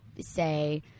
say